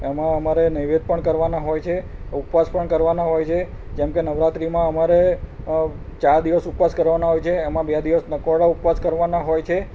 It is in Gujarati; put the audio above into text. અને એમાં અમારે નૈવેધ્ય પણ કરવાના હોય છે ઉપવાસ પણ કરવાના હોય છે જેમ કે નવરાત્રીમાં અમારે ચાર દિવસ ઉપવાસ કરવાના હોય છે એમાં બે દિવસ નકોરડા ઉપવાસ કરવાના હોય છે